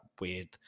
weird